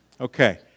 okay